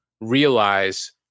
realize